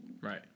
Right